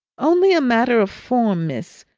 only a matter of form, miss,